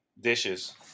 dishes